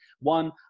one